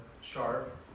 Sharp